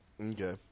Okay